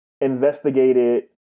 investigated